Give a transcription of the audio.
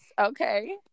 okay